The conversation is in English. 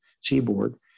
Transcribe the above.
seaboard